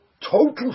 total